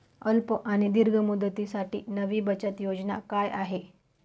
अल्प आणि दीर्घ मुदतीसाठी नवी बचत योजना काय आहे?